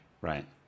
Right